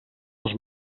els